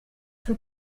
von